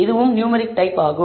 இதுவும் numeric type ஆகும்